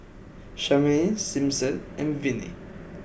Charmaine Simpson and Viney